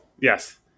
yes